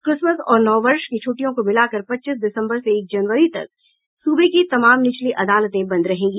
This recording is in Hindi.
क्रिसमस और नववर्ष की छूट्टियों को मिलाकर पच्चीस दिसंबर से एक जनवरी तक सूबे की तमाम निचली अदालतें बंद रहेंगी